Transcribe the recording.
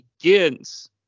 begins